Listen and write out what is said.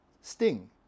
sting